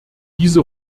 diese